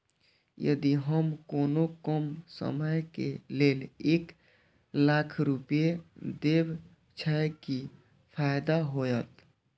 यदि हम कोनो कम समय के लेल एक लाख रुपए देब छै कि फायदा होयत?